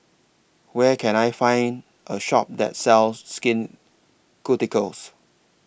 Where Can I Find A Shop that sells Skin Ceuticals